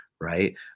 Right